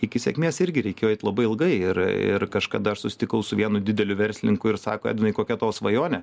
iki sėkmės irgi reikėjo eit labai ilgai ir ir kažkada aš susitikau su vienu dideliu verslininku ir sako edvinai kokia tavo svajonė